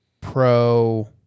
pro